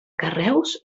carreus